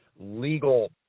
legal